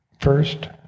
First